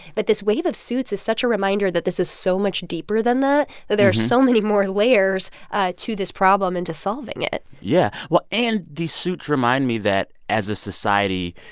but this wave of suits is such a reminder that this is so much deeper than that, that there are so many more layers to this problem and to solving it yeah. well and these suits remind me that, as a society,